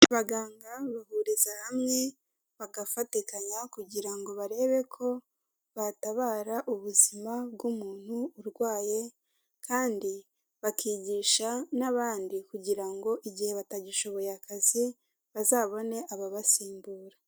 Abaganga bahuriza hamwe bagafatikanya kugira ngo barebe ko batabara ubuzima bw'umuntu urwaye kandi bakigisha n'abandi kugira ngo igihe batagishoboye akazi bazabone ababasimbura.